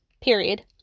period